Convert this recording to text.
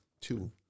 Two